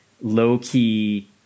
low-key